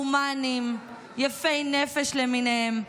הומניים, יפי נפש למיניהם,